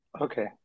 Okay